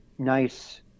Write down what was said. Nice